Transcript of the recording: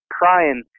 crying